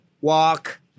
walk